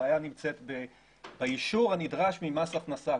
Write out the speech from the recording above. הבעיה נמצאת באישור הנדרש ממס הכנסה.